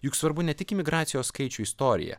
juk svarbu ne tik imigracijos skaičių istorija